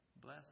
bless